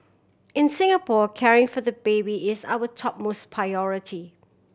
in Singapore caring for the baby is our topmost priority